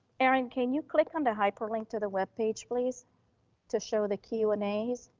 erin can you click on the hyperlink to the webpage please to show the q and a's